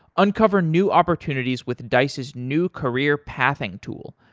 uncover new opportunities with dice's new career-pathing tool,